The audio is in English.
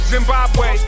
Zimbabwe